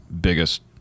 biggest